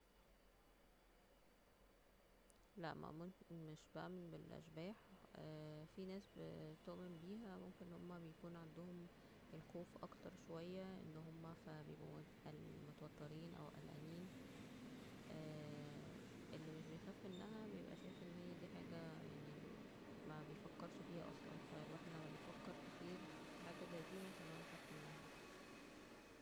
لا مأمنش مش بؤمن بالاشباح في ناس بتؤمن بيها ممكن أن هما بيكون عندهم الخوف اكتر شوية أن هما ف بيكونو متوترين او قلقانين اللي مش بيخاف منها بيبقا شايف ان هي دي حاجة يعني مبيفكرش فيها اصلا ف الواحد لما بيفكر كتير في حاجة زي دي ممكن أن هو يخاف منها اكتر